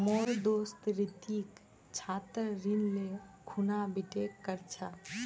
मोर दोस्त रितिक छात्र ऋण ले खूना बीटेक कर छ